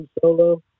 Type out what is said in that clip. Solo